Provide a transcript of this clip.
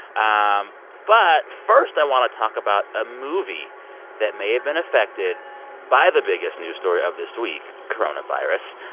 um but first, i want to talk about a movie that may have been affected by the biggest news story of this week, coronavirus.